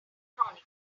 chronicle